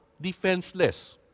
defenseless